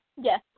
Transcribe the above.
yes